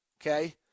okay